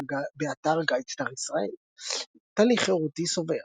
באתר "גיידסטאר ישראל" טלי חרותי-סובר,